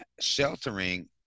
sheltering